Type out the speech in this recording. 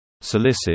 Solicit